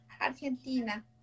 Argentina